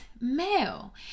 male